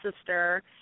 sister